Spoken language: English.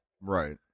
Right